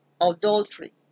Adultery